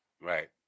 Right